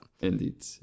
indeed